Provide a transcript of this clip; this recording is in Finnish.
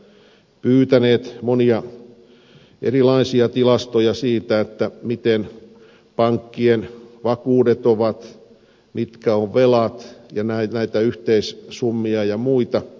me olemme talousvaliokunnassa pyytäneet monia erilaisia tilastoja siitä mitkä pank kien vakuudet ovat mitkä ovat velat ja näitä yhteissummia ja muita